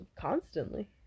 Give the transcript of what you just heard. constantly